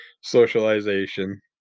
socialization